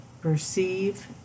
perceive